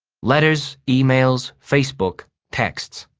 letters, emails, facebook, texts